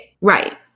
Right